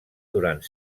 durant